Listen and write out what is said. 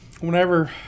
whenever